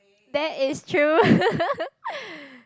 that is true